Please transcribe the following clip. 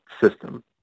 system